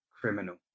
criminal